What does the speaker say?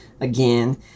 again